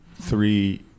three